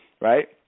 right